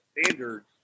standards